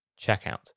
checkout